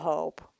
Hope